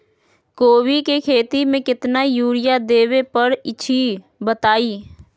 कोबी के खेती मे केतना यूरिया देबे परईछी बताई?